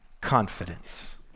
confidence